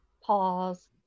pause